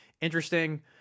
interesting